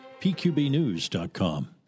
pqbnews.com